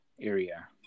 area